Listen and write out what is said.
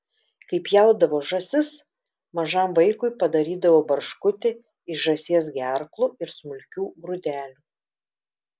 kai pjaudavo žąsis mažam vaikui padarydavo barškutį iš žąsies gerklų ir smulkių grūdelių